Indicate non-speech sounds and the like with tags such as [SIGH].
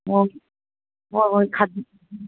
ꯑꯣ ꯍꯣꯏ ꯍꯣꯏ [UNINTELLIGIBLE]